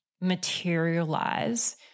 materialize